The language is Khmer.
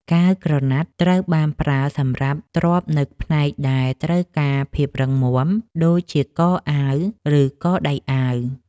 កាវក្រណាត់ ត្រូវបានប្រើសម្រាប់ទ្រាប់នៅផ្នែកដែលត្រូវការភាពរឹងមាំដូចជា កអាវ ឬកដៃអាវ។